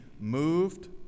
moved